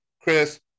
Chris